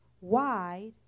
wide